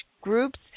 groups